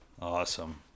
Awesome